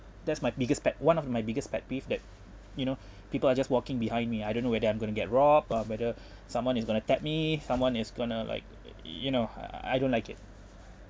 that's my biggest pet one of my biggest pet peeve that you know people are just walking behind me I don't know whether I'm going to get robbed or whether someone is going attack me someone is going to like you know I I don't like it